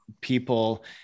people